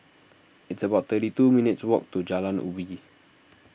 it's about thirty two minutes' walk to Jalan Ubi